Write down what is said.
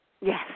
Yes